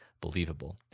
believable